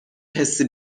حسی